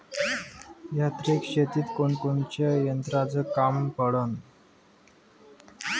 यांत्रिक शेतीत कोनकोनच्या यंत्राचं काम पडन?